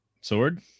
Sword